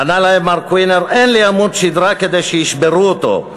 ענה להם מר קוינר: 'אין לי עמוד שדרה כדי שישברו אותו.